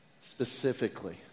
specifically